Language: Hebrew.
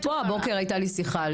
אפרופו הבוקר הייתה לי שיחה על זה.